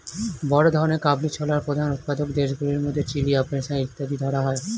বড় ধরনের কাবুলি ছোলার প্রধান উৎপাদক দেশগুলির মধ্যে চিলি, আফগানিস্তান ইত্যাদিকে ধরা হয়